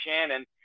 Shannon